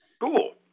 Cool